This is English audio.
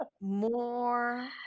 more